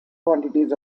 quantities